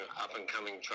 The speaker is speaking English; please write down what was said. up-and-coming